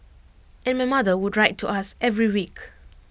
and my mother would write to us every week